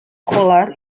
collar